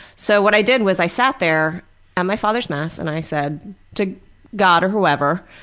so what i did was i sat there at my father's mass and i said to god or whoever,